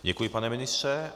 Děkuji, pane ministře.